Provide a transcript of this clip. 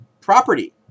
property